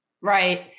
Right